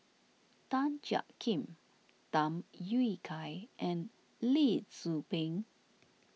Tan Jiak Kim Tham Yui Kai and Lee Tzu Pheng